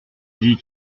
dit